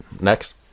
next